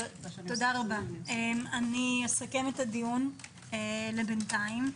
אסכם את הדיון לבינתיים.